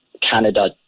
Canada